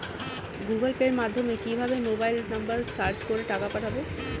Google Pay মাধ্যমে কিভাবে mobile number search করে টাকা পাঠাবো?